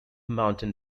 mountain